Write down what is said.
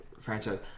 Franchise